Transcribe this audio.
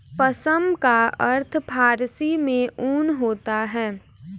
पश्म का अर्थ फारसी में ऊन होता है